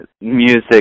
music